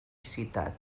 citat